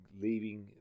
leaving